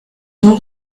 all